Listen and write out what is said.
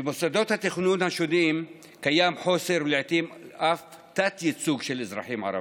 במוסדות התכנון השונים קיים חוסר ולעיתים אף תת-ייצוג של אזרחים ערבים.